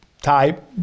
type